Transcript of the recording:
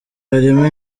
harimo